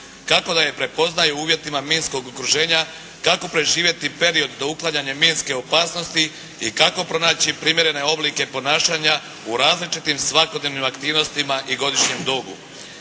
Kako da je prepoznaju u uvjetima minskog okruženja, kako preživjeti period do uklanjanja minske opasnosti i kako pronaći primjerene oblike ponašanja u različitim svakodnevnim aktivnostima i godišnjem dobu.